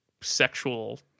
sexual